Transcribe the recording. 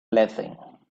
blessing